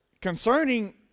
Concerning